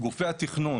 גופי התכנון